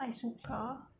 ai-suka